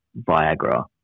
Viagra